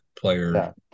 player